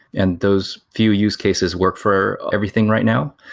and those few use cases work for everything right now.